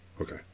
okay